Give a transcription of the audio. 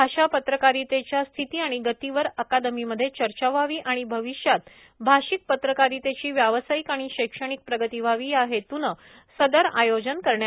भाषा पत्रकारितेच्या स्थिती आणि गती वर अकादमी मध्ये चर्चा व्हावी आणि भविष्यात भाषिक पत्रकारितेची व्यावसायिक आणि शैक्षणिक प्रगती व्हावी या हेतूने सदर आयोजन करण्यात आले